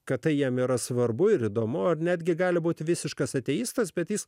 kad tai jam yra svarbu ir įdomu ar netgi gali būti visiškas ateistas bet jis